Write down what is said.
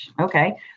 okay